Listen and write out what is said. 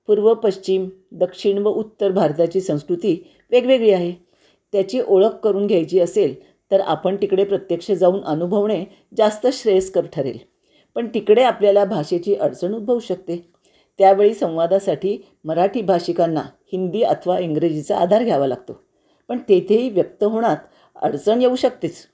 पूर्व पश्चिम दक्षिण व उत्तर भारताची संस्कृती वेगवेगळी आहे त्याची ओळख करून घ्यायची असेल तर आपण तिकडे प्रत्यक्ष जाऊन अनुभवणे जास्त श्रेयस्कर ठरेल पण तिकडे आपल्याला भाषेची अडचण उद्भवू शकते त्यावेळी संवादासाठी मराठी भाषिकांना हिंदी अथवा इंग्रजीचा आधार घ्यावा लागतो पण तिथेही व्यक्त होण्यात अडचण येऊ शकतेच